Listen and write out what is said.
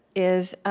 is,